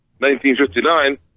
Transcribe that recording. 1959